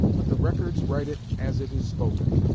but the records write it as it is spoken.